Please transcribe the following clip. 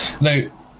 Now